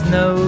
no